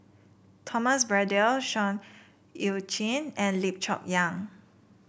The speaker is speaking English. Thomas Braddell Seah Eu Chin and Lim Chong Yah